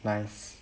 nice